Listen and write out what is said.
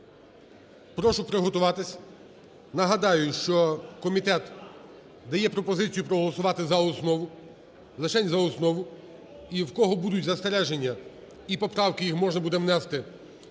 прошу приготуватися. Нагадаю, що комітет дає пропозицію проголосувати за основу, лишень за основу, і, в кого будуть застереження і поправки, їх можна буде внести